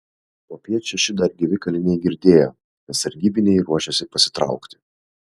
popiet šeši dar gyvi kaliniai girdėjo kad sargybiniai ruošiasi pasitraukti